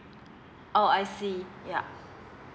oh I see yeah